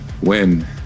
win